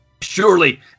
Surely